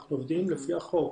אנחנו עובדים לפי החוק.